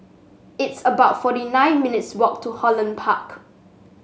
it's about forty nine minutes' walk to Holland Park